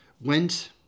went